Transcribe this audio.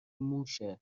موشه